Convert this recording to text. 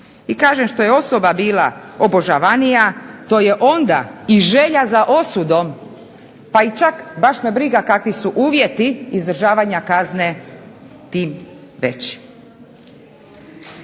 I kažem, što je osoba bila obožavanija to je onda i želja za osudom pa i čak baš me briga kakvi su uvjeti izdržavanja kazne tim veći.